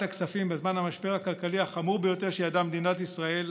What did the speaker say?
הכספים בזמן המשבר הכלכלי החמור ביותר שידעה מדינת ישראל,